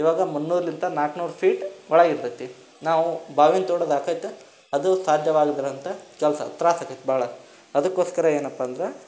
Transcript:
ಇವಾಗ ಮೂನ್ನೂರಲಿಂದ ನಾಲ್ಕುನೂರು ಫೀಟ್ ಒಳಗೆ ಇರ್ತೈತೆ ನಾವು ಬಾವಿನ ತೊಡೋದು ಆಕೈತೆ ಅದು ಸಾಧ್ಯವಾಗದಂತ ಕೆಲಸ ತ್ರಾಸ ಆಕೈತೆ ಭಾಳ ಅದಕ್ಕೋಸ್ಕರ ಏನಪ್ಪ ಅಂದ್ರೆ